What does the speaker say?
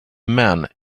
man